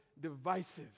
divisive